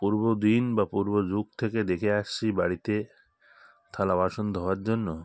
পূর্ব দিন বা পূর্ব যুগ থেকে দেখে আসছি বাড়িতে থালা বাসন ধোয়ার জন্য